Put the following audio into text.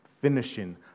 finishing